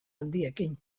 handiekin